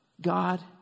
God